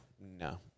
No